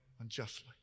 unjustly